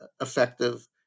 effective